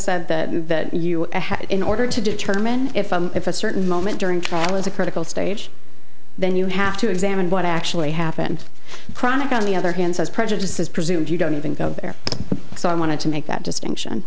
said that you have in order to determine if if a certain moment during trial is a critical stage then you have to examine what actually happened chronic on the other hand says prejudice is presumed you don't even go there so i wanted to make that distinction